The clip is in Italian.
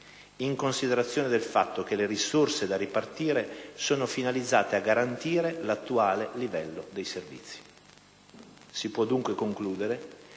in considerazione del fatto che le risorse da ripartire sono finalizzate a garantire l'attuale livello dei servizi». Si può dunque concludere